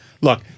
look